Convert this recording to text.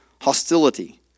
hostility